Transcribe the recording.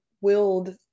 willed